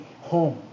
home